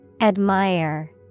Admire